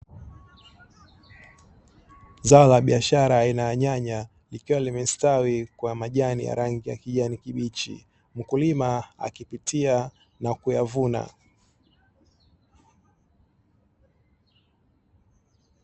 Zao la biashara aina ya nyanya likiwa limestawi kwa majani ya rangi ya kijani kibichi, mkulima akipitia na kuyavuna.